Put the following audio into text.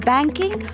Banking